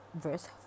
verse